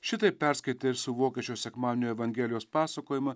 šitaip perskaitę ir suvokę šio sekmadienio evangelijos pasakojimą